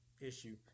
issue